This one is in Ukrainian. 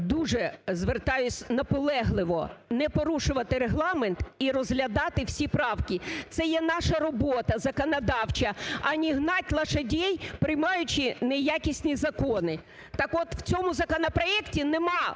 дуже звертаюсь наполегливо не порушувати Регламент і розглядати всі правки. Це є наша робота законодавча. А "не гнать лошадей", приймаючи неякісні закони. Так от, в цьому законопроекті нема